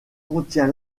contient